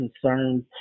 concerns